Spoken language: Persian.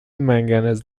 منگنز